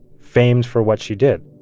famed for what she did.